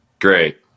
Great